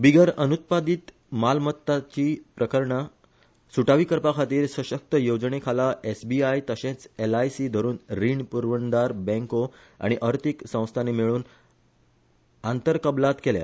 बिगर अनुत्पादीत मालमत्ताची प्रकरणा सुटावी करपा खातीर सशक्त येवजणेखाला एसबीआय तशेच एलआयसी धरुन रीण पुरवणदार बँको आनी अर्थिक संस्थानी मेळून आंतरकबलात केल्या